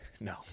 No